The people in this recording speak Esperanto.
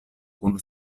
kun